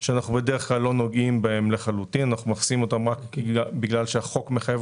שאנחנו בדרך כלל לא נוגעים בהן - אנחנו מכניסים אותן רק בגלל שהחוק מחייב